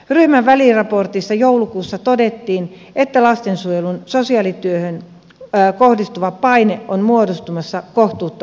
ryhmän väliraportissa joulukuussa todettiin että lastensuojelun sosiaalityöhön kohdistuva paine on muodostumassa kohtuuttomaksi